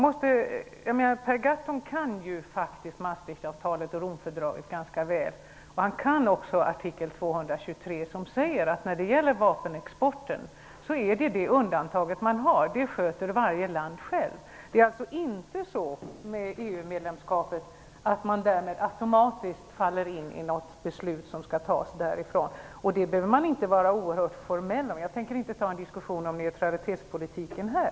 Per Gahrton kan faktiskt Maastrichtavtalet och Romfördraget ganska väl. Han kan också artikel 223, som säger att när det gäller vapenexporten så är detta det undantag man har. Det sköter varje land självt. Det är alltså inte så med EU-medlemskapet att man därmed automatiskt faller in i något beslut som skall tas därifrån. Man behöver inte vara så oerhört formell. Jag tänker inte ta upp en diskussion om neutralitetspolitiken här.